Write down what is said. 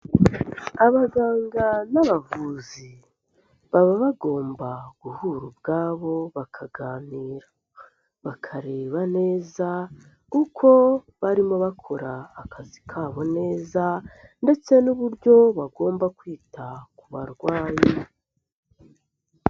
AAbaganga n'abavuzi, baba bagomba guhura ubwabo bakaganira, bakareba neza uko barimo bakora akazi kabo neza ndetse n'uburyo bagomba kwita ku barwayi.